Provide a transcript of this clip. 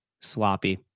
Sloppy